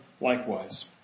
likewise